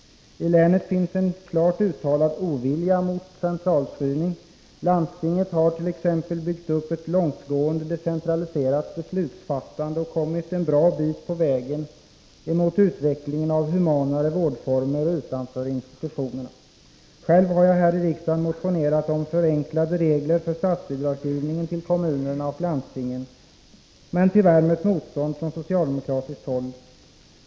I länet finns en klart uttalad ovilja mot centralstyrning. Landstinget hart.ex. byggt upp ett långtgående decentraliserat beslutsfattande och kommit en bra bit på vägen mot utvecklingen av humanare vårdformer utanför institutionerna. Själv har jag här i riksdagen motionerat om förenklade regler för statsbidragsgivningen till kommuner och landsting men tyvärr mött motstånd från socialdemokratiskt håll.